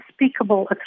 unspeakable